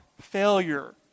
failure